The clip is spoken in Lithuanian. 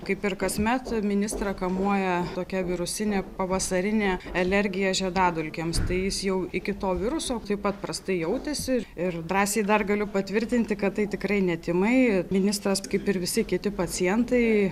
kaip ir kasmet ministrą kamuoja tokia virusinė pavasarinė alergija žiedadulkėms tai jis jau iki to viruso taip pat prastai jautėsi ir drąsiai dar galiu patvirtinti kad tai tikrai ne tymai ministras kaip ir visi kiti pacientai